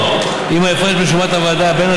או אם ההפרש בין שומת הוועדה לבין